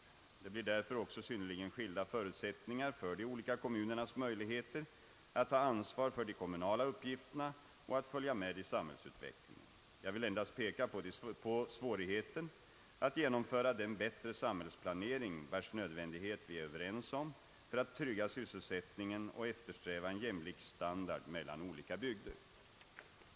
Det blir därför också synnerligen skilda förutsättningar för de olika kommunernas möjligheter att ta ansvar för de kommunala uppgifterna och att följa med i samhällsutvecklingen. Jag vill endast peka på svårigheten att genomföra den bättre samhällsplanering vars nödvändighet vi är överens om för att trygga sysselsättningen och eftersträva en jämlik standard mellan olika bygder.